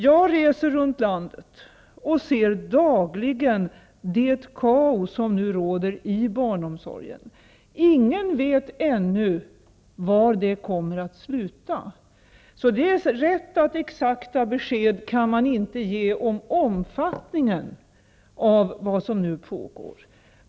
Jag reser ofta runt i landet och ser dagligen det kaos som nu råder i barnomsorgen. Ingen vet ännu var det hela kommer att sluta. Det är rätt att man inte kan ge exakta besked om omfattningen av vad som nu pågår.